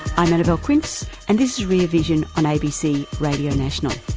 i'm annabelle quince and this is rear vision on abc radio national